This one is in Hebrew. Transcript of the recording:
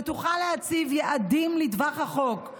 שתוכל להציב יעדים לטווח ארוך,